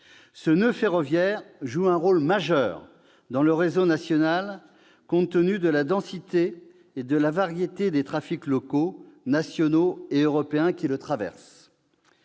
Ce noeud ferroviaire joue un rôle majeur dans le réseau national compte tenu de la densité et de la variété des trafics locaux, nationaux et européens qui le traversent.